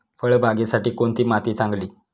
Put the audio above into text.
फळबागेसाठी कोणती माती चांगली?